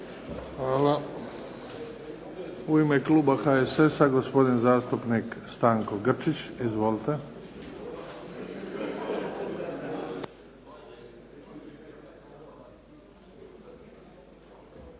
Hvala. U ime kluba HSS-a gospodin zastupnik Stanko Grčić. Izvolite.